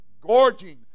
gorging